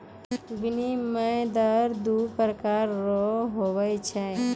विनिमय दर दू प्रकार रो हुवै छै